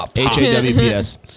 H-A-W-P-S